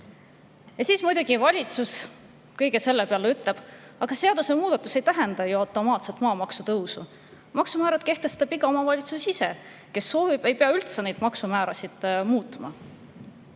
Muidugi valitsus kõige selle peale ütleb: aga seadusemuudatus ei tähenda ju automaatselt maamaksu tõusu. Maksumäärad kehtestab iga omavalitsus ise ja kes soovib, ei pea üldse neid maksumäärasid muutma.